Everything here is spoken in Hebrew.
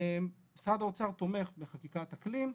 משרד האוצר תומך בחקיקת אקלים,